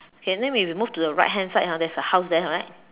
okay then we we move to the right hand side there's a house there right